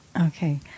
Okay